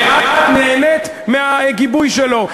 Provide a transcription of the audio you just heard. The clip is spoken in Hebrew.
ואת נהנית מהגיבוי שלו.